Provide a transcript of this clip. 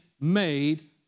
made